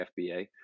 FBA